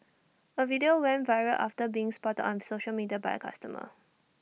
A video went viral after being sported on social media by A customer